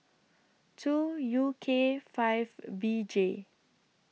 two U K five B J